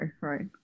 right